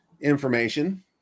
information